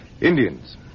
Indians